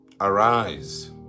arise